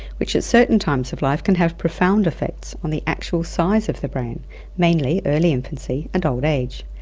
which at certain times of life can have profound effects on the actual size of the brain mainly early infancy and old age.